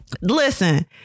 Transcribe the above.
Listen